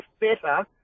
better